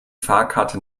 fahrkarte